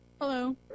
Hello